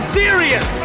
serious